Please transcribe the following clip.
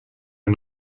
are